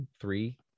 three